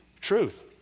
truth